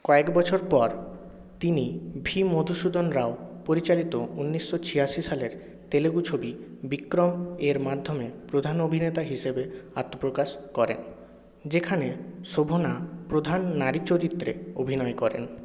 কয়েক বছর পর তিনি ভি মধুসূদন রাও পরিচালিত উনিশশো ছিয়াশি সালের তেলুগু ছবি বিক্রম এর মাধ্যমে প্রধান অভিনেতা হিসেবে আত্মপ্রকাশ করেন যেখানে শোভনা প্রধান নারীচরিত্রে অভিনয় করেন